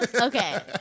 Okay